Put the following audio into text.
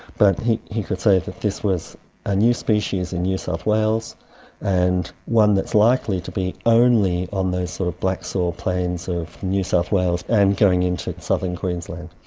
but he he could say that this was a new species in new south wales and one that is likely to be only on those sort of black soil plains of new south wales and going into southern queensland.